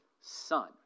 son